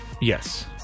Yes